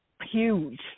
huge